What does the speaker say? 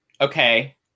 Okay